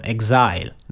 Exile